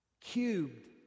cubed